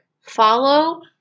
follow